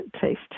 taste